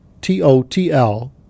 T-O-T-L